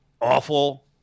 awful